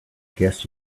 guess